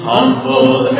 Humble